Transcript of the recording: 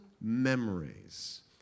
memories